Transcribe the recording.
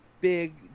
big